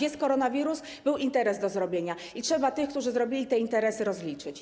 Jest koronawirus, był interes do zrobienia i trzeba tych, którzy zrobili ten interes, rozliczyć.